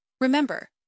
Remember